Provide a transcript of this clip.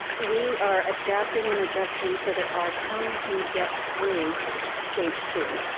we are adapting and adjusting so that our county can get through stage two.